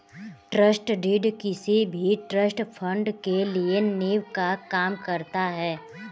trust deed किसी भी trust fund के लिए नीव का काम करता है